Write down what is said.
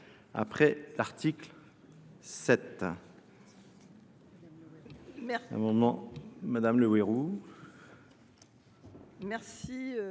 après l’article 7.